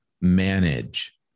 manage